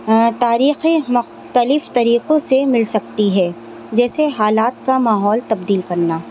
تحریکیں مختلف طریقوں سے مل سکتی ہے جیسے حالات کا ماحول تبدیل کرنا